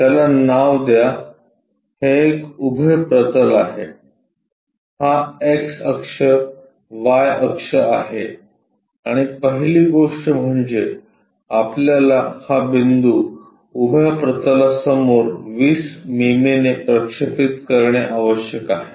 त्याला नाव द्या हे एक उभे प्रतल आहे हा एक्स अक्ष वाय अक्ष आहे आणि पहिली गोष्ट म्हणजे आपल्याला हा बिंदू उभ्या प्रतलासमोर 20 मिमीने प्रक्षेपित करणे आवश्यक आहे